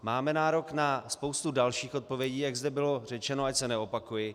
Máme nárok na spoustu dalších odpovědí, jak zde bylo řečeno, ať se neopakuji.